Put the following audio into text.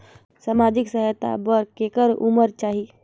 समाजिक सहायता बर करेके उमर चाही?